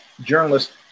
journalist